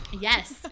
Yes